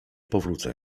powrócę